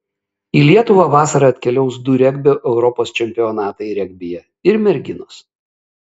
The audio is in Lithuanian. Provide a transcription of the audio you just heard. į lietuvą vasarą atkeliaus du regbio europos čempionatai regbyje ir merginos